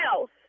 else